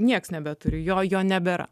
niekas nebeturi jo nebėra